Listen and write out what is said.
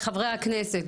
חברי הכנסת,